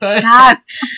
Shots